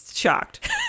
shocked